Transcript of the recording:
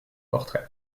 portrait